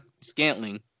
Scantling